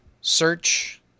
search